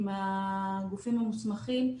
עם הגופים המוסמכים.